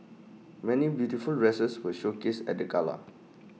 many beautiful dresses were showcased at the gala